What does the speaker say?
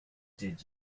did